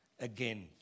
again